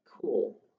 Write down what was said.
cool